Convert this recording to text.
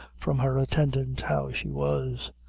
from her attendant how she was.